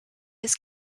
his